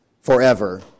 Forever